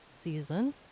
season